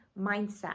mindset